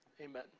Amen